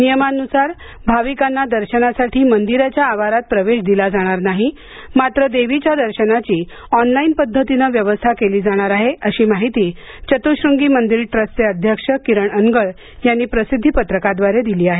नियमांनुसार भाविकांना दर्शनासाठी मंदिराच्या आवारात प्रवेश दिला जाणार नाही मात्र देवीच्या दर्शनाची ऑनलाइन पद्धतीने व्यवस्था केली जाणार आहे अशी माहिती चतुःश्रंगी मंदिर ट्रस्टचे अध्यक्ष किरण अनगळ यांनी प्रसिद्धीपत्रकाद्वारे दिली आहे